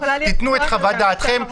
תתנו את חוות דעתכם,